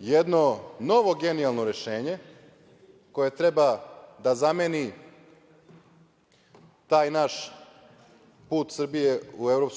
jedno novo genijalno rešenje koje treba da zameni taj naš put Srbije u EU,